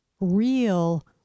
Real